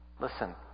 Listen